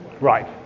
Right